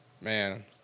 man